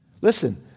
Listen